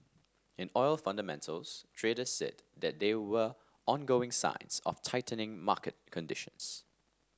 in oil fundamentals traders said that there were ongoing signs of tightening market conditions